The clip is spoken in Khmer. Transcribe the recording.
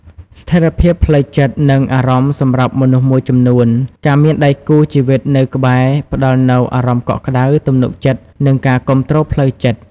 ស្ថិរភាពផ្លូវចិត្ត និងអារម្មណ៍សម្រាប់មនុស្សមួយចំនួន ការមានដៃគូជីវិតនៅក្បែរ ផ្តល់នូវអារម្មណ៍កក់ក្តៅ ទំនុកចិត្ត និងការគាំទ្រផ្លូវចិត្ត។